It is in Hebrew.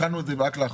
התחלנו את זה לאחרונה